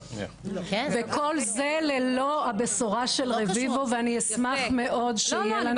וכל זה ללא הבשורה של רביבו ואני אשמח מאוד שיהיה לנו --- לא,